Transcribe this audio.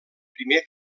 primer